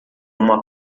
uma